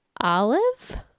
Olive